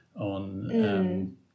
on